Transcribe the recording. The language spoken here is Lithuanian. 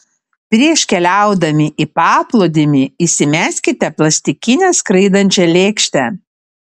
prieš keliaudami į paplūdimį įsimeskite plastikinę skraidančią lėkštę